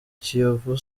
kiyovu